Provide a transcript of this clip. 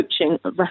coaching